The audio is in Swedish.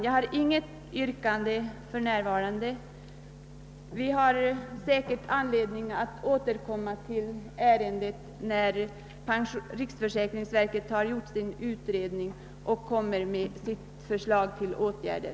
Jag har inget yrkande för närvarande. Vi har säkert anledning att återkomma i frågan, när riksförsäkringsverket har gjort sin utredning och framlagt förslag till åtgärder.